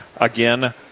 again